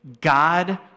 God